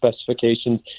specifications